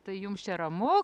tai jums čia ramu